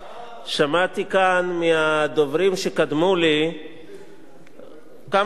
שמעתי כאן מהדוברים שקדמו לי כמה דברים.